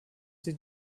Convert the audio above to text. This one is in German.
sie